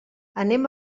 anem